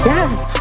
Yes